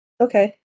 Okay